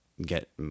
get